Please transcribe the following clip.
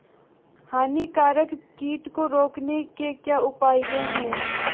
हानिकारक कीट को रोकने के क्या उपाय हैं?